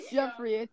Jeffrey